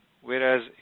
Whereas